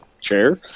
chair